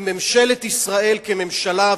אם ממשלת ישראל כממשלה,